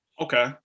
Okay